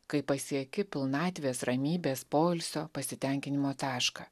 kai pasieki pilnatvės ramybės poilsio pasitenkinimo tašką